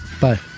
Bye